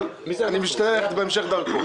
אבל אני משתדל ללכת בהמשך דרכו.